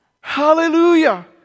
Hallelujah